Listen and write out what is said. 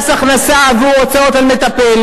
אנחנו מקבלים אותן בברכה.